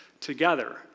together